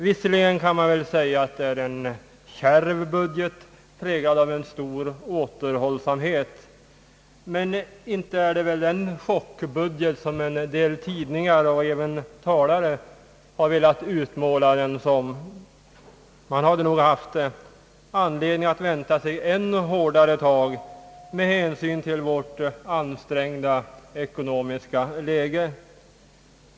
Visserligen kan man väl säga att det är en kärv budget, präglad av en stor återhållsamhet, men inte är det väl den chockbudget som en del tidningar och även vissa talare har velat utmåla den som. Man hade nog haft anledning att vänta sig ännu hårdare tag med hänsyn till vårt ansträngda ekonomiska läge.